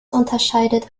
unterscheidet